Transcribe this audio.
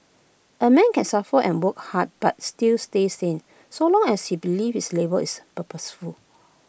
A man can suffer and work hard but still stay sane so long as he believes his labour is purposeful